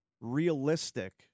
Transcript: realistic